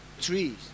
trees